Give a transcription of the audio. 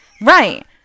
Right